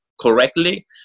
correctly